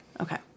Okay